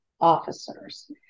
officers